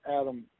Adam